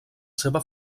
seva